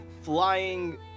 flying